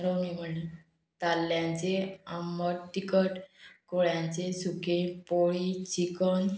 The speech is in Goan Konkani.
रंगी म्हण ताल्ल्यांचें आंबट तिकट कोळ्यांचे सुकें पोळी चिकन